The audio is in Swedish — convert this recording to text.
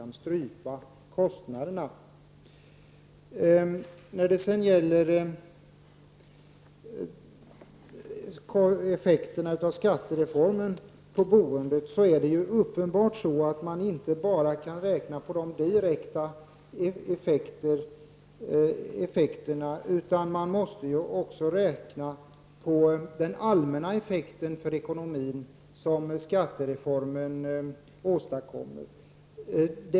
När det sedan gäller effekterna av skattereformen på boendet är det uppenbart att man inte enbart kan räkna på de direkta effekterna. Man måste också räkna på den allmänna effekten på ekonomin som skattereformen åstadkommer.